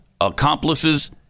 accomplices